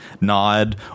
nod